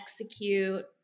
execute